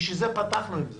בשביל זה פתחנו את זה.